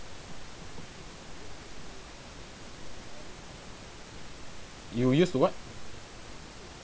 you use the what